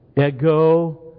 ego